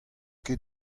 ket